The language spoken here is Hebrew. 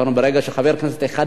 הכלכלה,